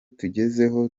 tugezeho